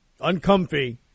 Uncomfy